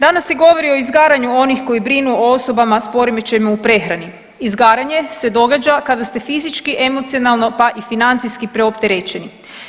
Danas se govori o izgaranju onih koji brinu o osobama s poremećajima u prehrani, izgaranje se događa kada ste fizički, emocionalno pa i financijski preopterećeni.